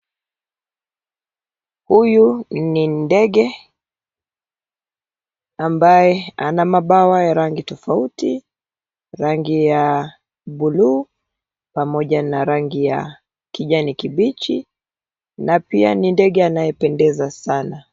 Huyu ni ndege ambaye ana mabawa ya rangi tofauti. Rangi ya buluu pamoja na rangi ya kijani kibichi na pia ni ndege anayependeza sana.